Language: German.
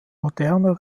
moderner